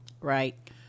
right